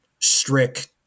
strict